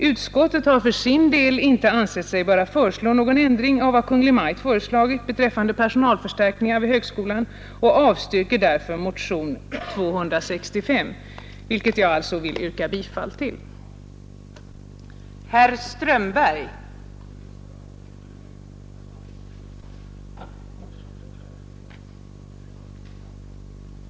Utskottet har för sin del inte ansett sig böra föreslå någon ändring av vad Kungl. Maj:t föreslagit beträffande personalförstärkningar vid högskolan och avstyrker därför motionen 265. Jag yrkar bifall till utskottets förslag.